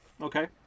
Okay